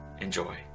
Enjoy